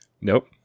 Nope